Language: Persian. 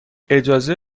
اجازه